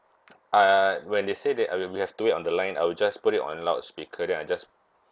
uh when they say that I will we have to wait on the line I will just put it on loudspeaker then I just